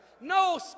No